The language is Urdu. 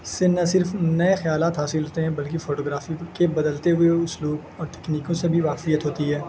سے نہ صرف نئے خیالات حاصل ہوتے ہیں بلکہ فوٹوگرافی کے بدلتے ہوئے اسلوب اور تکنیکوں سے بھی واقفیت ہوتی ہے